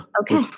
Okay